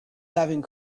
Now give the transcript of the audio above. having